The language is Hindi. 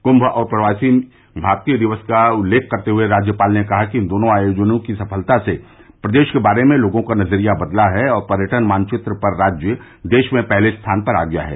कुंम और प्रवासी भारतीय दिवस का उल्लेख करते हुए राज्यपाल ने कहा कि इन दोनों आयोजनों की सफलता से प्रदेश के बारे में लोगों का नज़रिया बदला है और पर्यटन मानचित्र पर राज्य देश में पहले स्थान पर आ गया है